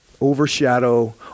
Overshadow